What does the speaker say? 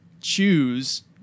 Choose